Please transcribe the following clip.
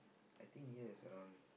I think yes around